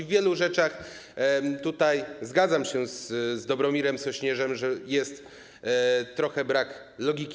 W wielu rzeczach tutaj zgadzam się z Dobromirem Sośnierzem, że jest trochę brak logiki.